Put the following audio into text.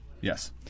Yes